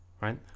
right